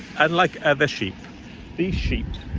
and like other sheep these sheep